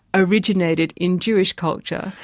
originated in jewish culture.